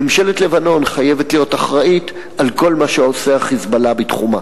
וממשלת לבנון חייבת להיות אחראית לכל מה שעושה ה"חיזבאללה" בתחומה.